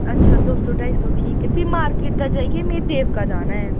अच्छा दो सौ ढाई सौ ठीक ऐ फ्ही मार्केट दा जाइयै में देवका जाना ऐ